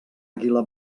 àguila